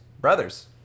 Brothers